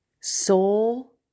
Soul